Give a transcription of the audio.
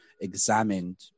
examined